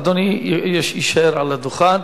אדוני יישאר על הדוכן.